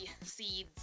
seeds